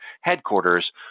headquarters